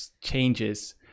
changes